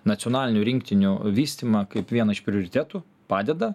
nacionalinių rinktinių vystymą kaip vieną iš prioritetų padeda